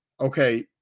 okay